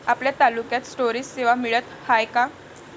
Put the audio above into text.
आपल्या तालुक्यात स्टोरेज सेवा मिळत हाये का?